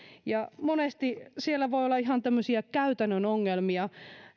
monesti siellä voi olla ihan tämmöisiä käytännön ongelmia